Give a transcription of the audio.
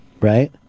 right